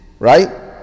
Right